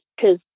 Cause